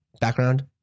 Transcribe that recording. background